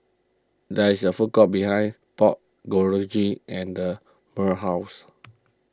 there is a food court behind Pork Bulgogi and the Myrl's house